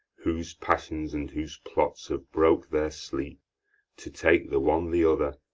whose passions and whose plots have broke their sleep to take the one the other,